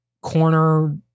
corner